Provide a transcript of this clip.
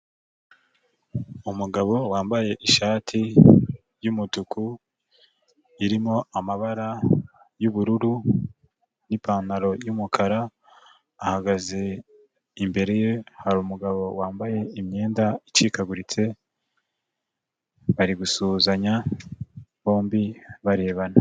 Umugabo wambaye ishati y'umutuku, irimo amabara y'ubururu n'ipantaro y'umukara , ahagaze imbere ye hari umugabo wambaye imyenda icikaguritse, bari gusuhuzanya bombi barebana.